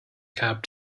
cab